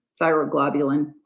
thyroglobulin